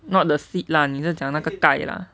not the seat lah 你是讲那个带 lah